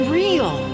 real